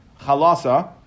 Chalasa